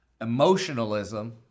emotionalism